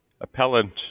appellant